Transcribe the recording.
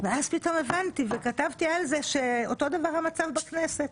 ואז פתאום הבנתי וכתבתי על זה שאותו דבר המצב בכנסת